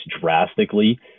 drastically